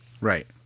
Right